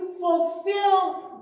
fulfill